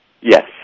Yes